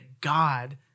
God